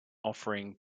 offering